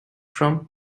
from